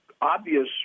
obvious